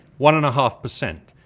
one-and-a-half percent.